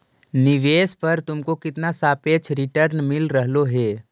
निवेश पर तुमको कितना सापेक्ष रिटर्न मिल रहलो हे